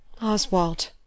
Oswald